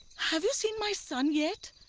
have you seen my son yet?